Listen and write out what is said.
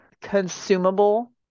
consumable